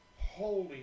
Holy